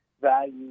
value